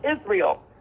Israel